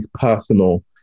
personal